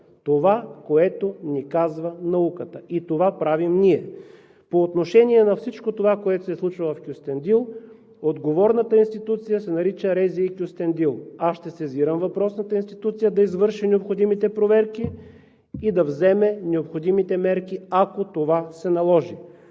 това, което ни казва науката. И това правим ние. По отношение на всичко това, което се случва в Кюстендил, отговорната институция се нарича РЗИ – Кюстендил. Аз ще сезирам въпросната институция да извърши необходимите проверки и да вземе мерки, ако това се наложи.